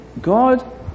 God